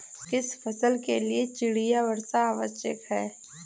किस फसल के लिए चिड़िया वर्षा आवश्यक है?